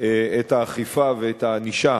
את האכיפה ואת הענישה